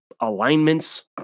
alignments